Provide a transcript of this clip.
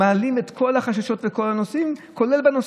אפילו למדינות נחשלות יש דרישות קונסולריות,